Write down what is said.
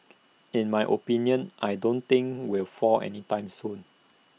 in my opinion I don't think will fall any time soon